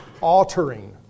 altering